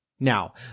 Now